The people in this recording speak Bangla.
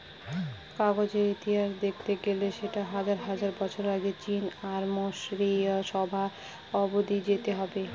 কাগজের ইতিহাস দেখতে গেলে সেটা হাজার হাজার বছর আগে চীন আর মিসরীয় সভ্য অব্দি যেতে হবে